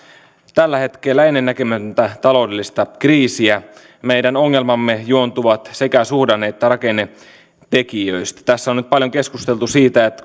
tällä hetkellä ennennäkemätöntä taloudellista kriisiä meidän ongelmamme juontuvat sekä suhdanne että rakennetekijöistä tässä on nyt paljon keskusteltu siitä